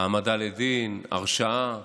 העמדה לדין, הרשעה,